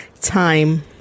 Time